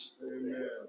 Amen